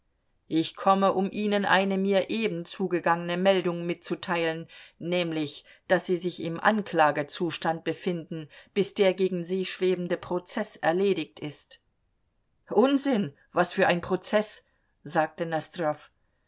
ich komme um ihnen eine mir eben zugegangene meldung mitzuteilen nämlich daß sie sich im anklagezustand befinden bis der gegen sie schwebende prozeß erledigt ist unsinn was für ein prozeß sagte